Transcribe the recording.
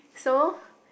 so